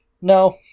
no